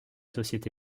société